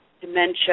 dementia